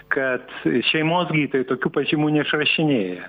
kad šeimos gydytojai tokių pažymų neišrašinėja